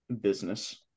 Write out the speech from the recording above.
business